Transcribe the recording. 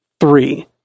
three